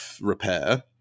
repair